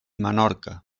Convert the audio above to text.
menorca